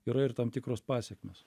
yra ir tam tikros pasekmės